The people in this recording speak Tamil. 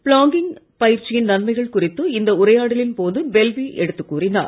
பிளாக்கிங் பயிற்சியின் நன்மைகள் குறித்து இந்த உரையாடலின்போது பேல்வி எடுத்துக் கூறினார்